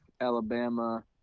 Alabama